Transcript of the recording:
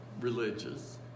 religious